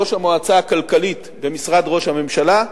ראש המועצה הכלכלית במשרד ראש הממשלה,